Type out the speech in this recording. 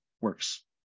works